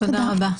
תודה רבה.